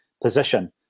position